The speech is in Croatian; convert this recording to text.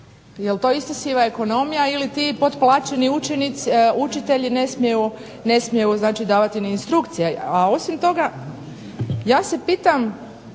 Jel to isto siva ekonomija ili ti potplaćeni učitelji ne smiju davati ni instrukcije? Osim toga, ja se pitam